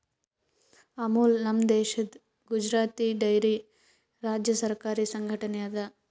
ಅಮುಲ್ ನಮ್ ದೇಶದ್ ಗುಜರಾತ್ ಡೈರಿ ರಾಜ್ಯ ಸರಕಾರಿ ಸಂಘಟನೆ ಅದಾ